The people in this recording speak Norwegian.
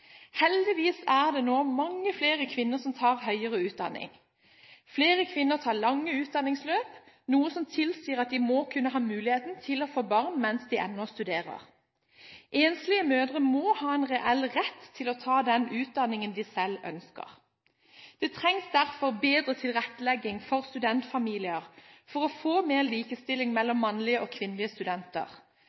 Heldigvis er det nå mange flere kvinner som tar høyere utdanning. Flere kvinner tar lange utdanningsløp, noe som tilsier at de må kunne ha muligheten til å få barn mens de ennå studerer. Enslige mødre må ha en reell rett til å ta den utdanningen de selv ønsker. Det trengs bedre tilrettelegging for studentfamilier for å få mer likestilling mellom mannlige og kvinnelige studenter.